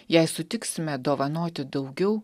jei sutiksime dovanoti daugiau